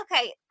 okay